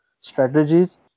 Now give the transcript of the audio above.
strategies